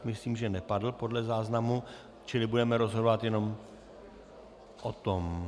Myslím, že nepadl, podle záznamu, čili budeme rozhodovat jenom o tom.